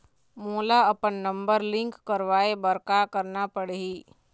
मोला अपन number link करवाये बर का करना पड़ही?